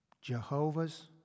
Jehovah's